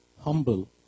humble